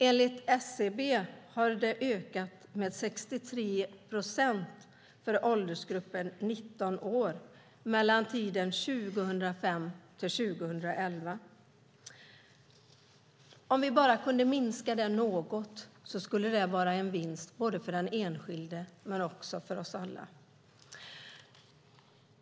Enligt SCB har det ökat med 63 procent när det gäller 19-åringar mellan 2005 och 2011. Om vi bara kunde minska det något skulle det vara en vinst både för den enskilde och för oss alla.